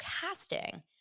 casting